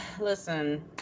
listen